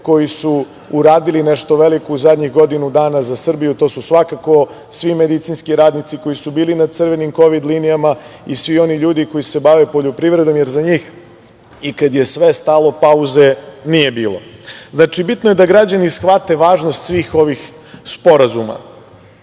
koji su uradili nešto veliko u poslednjih godinu dana za Srbiju, to su svakako svi medicinski radnici koji su bili na crvenim kovid linijama i svi oni ljudi koji se bave poljoprivredom, jer za njih i kad je sve stalo, pauze nije bilo. Znači, bitno je da građani shvate važnost svih ovih sporazuma.